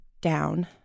down